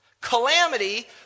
Calamity